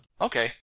Okay